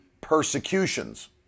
persecutions